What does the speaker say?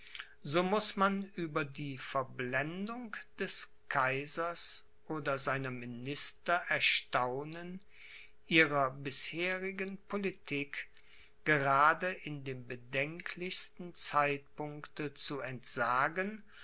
so muß man über die verblendung des kaisers oder seiner minister erstaunen ihrer bisherigen politik gerade in dem bedenklichsten zeitpunkte zu entsagen